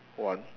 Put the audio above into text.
one